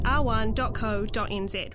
r1.co.nz